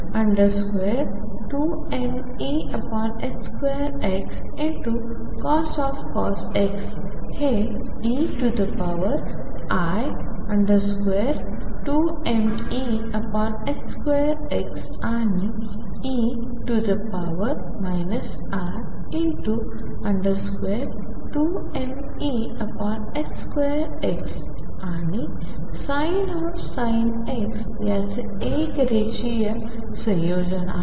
cos x हे ei2mE2x आणि e i2mE2xआणि sin याचे एक रेखीय संयोजन आहे